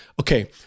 okay